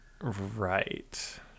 Right